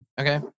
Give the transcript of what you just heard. Okay